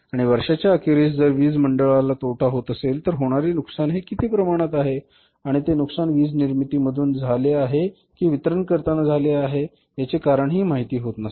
आणि वर्षाच्या अखेरीस जर वीज मंडळाला तोटा होत असेल तर होणारे नुकसान हे किती प्रमाणात आहे आणि ते नुकसान वीज निर्मिती मधून आले आहे कि वितरण करताना आलेले आहे याचे कारण हि माहिती होत नसे